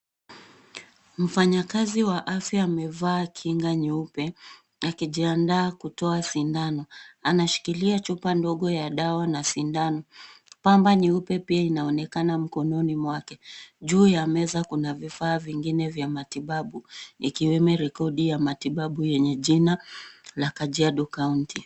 Mfanyakazi wa afya amevaa kinga nyeupe akijiandaa kutoa sindano. Anashikilia chupa ndogo ya dawa na sindano. Pamba nyeupe pia inaonekana mkononi mwake. Juu ya meza kuna vifaa vingine vya matibabu, ikiwemo rekodi ya matibabu yenye jina la Kajiado kaunti.